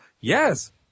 yes